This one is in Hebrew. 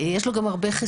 למדע יש גם חסרונות,